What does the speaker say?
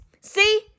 See